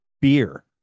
beer